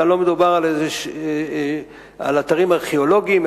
כאן לא מדובר על אתרים ארכיאולוגיים,